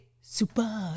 Super